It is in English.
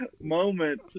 moment